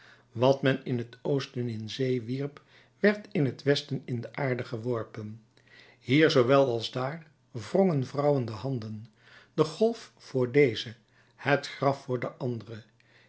wat men in het oosten in zee wierp werd in het westen in de aarde geworpen hier zoowel als daar wrongen vrouwen de handen de golf voor deze het graf voor de andere